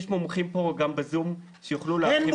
יש פה מומחים גם בזום שיכולים להגיד את זה.